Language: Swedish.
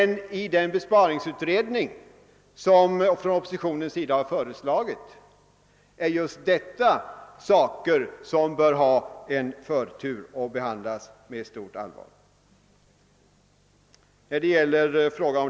Men i den besparingsutredning som oppositionen föreslagit är det just sådant som bör få förtur och behandlas med stort allvar.